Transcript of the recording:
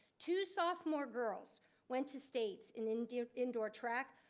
two sophomore girls went to states in indoor indoor track,